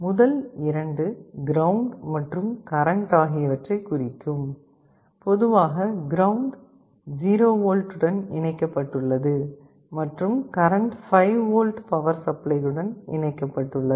முதல் 2 கிரவுண்ட் மற்றும் கரண்ட் ஆகியவற்றை குறிக்கும் பொதுவாக கிரவுண்ட் 0V உடன் இணைக்கப்பட்டுள்ளது மற்றும் கரண்ட் 5V பவர் சப்ளையுடன் இணைக்கப்பட்டுள்ளது